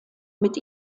mit